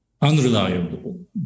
unreliable